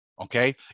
okay